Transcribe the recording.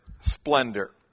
splendor